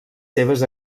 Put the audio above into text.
seves